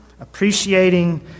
appreciating